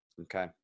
Okay